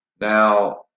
Now